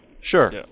Sure